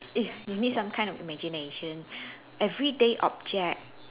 if we need some kind of imagination everyday object